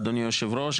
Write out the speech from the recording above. אדוני יושב הראש,